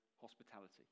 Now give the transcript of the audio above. hospitality